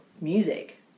music